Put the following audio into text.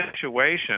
situation